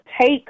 take